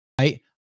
right